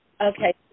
Okay